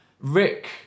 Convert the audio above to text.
Rick